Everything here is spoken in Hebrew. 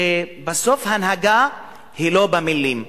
שבסוף הנהגה היא לא במלים,